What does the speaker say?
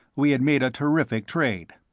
we had made a terrific trade.